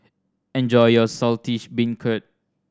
enjoy your Saltish Beancurd